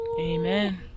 amen